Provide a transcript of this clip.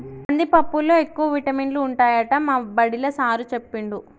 కందిపప్పులో ఎక్కువ విటమినులు ఉంటాయట మా బడిలా సారూ చెప్పిండు